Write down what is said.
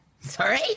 sorry